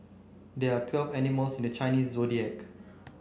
there are twelve animals in the Chinese Zodiac